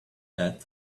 that